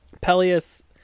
Peleus